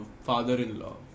father-in-law